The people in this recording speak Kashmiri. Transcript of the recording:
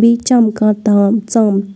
بیٚیہِ چمکان تام ژَم